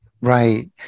Right